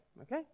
Okay